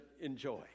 enjoy